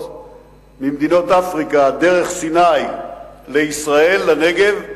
ממדינות אפריקה דרך סיני לישראל, לנגב,